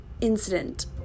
incident